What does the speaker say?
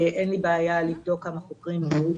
אין לי בעיה כמה חוקרים עברו,